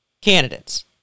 candidates